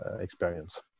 experience